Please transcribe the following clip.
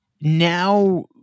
now